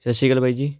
ਸਤਿ ਸ਼੍ਰੀ ਅਕਾਲ ਬਾਈ ਜੀ